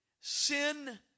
Sin